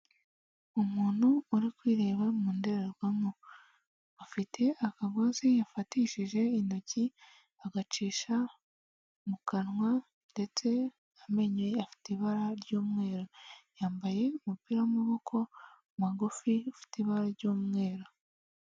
Umuntu uri kwireba mu ndorerwamo afite akagozi yafatishije intoki agacisha mu kanwa ndetse amenyo ye, afite ibara ry'umweru yambaye umupira w'amaboko magufi ufite ibara ry'umweru.